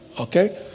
okay